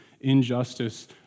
Injustice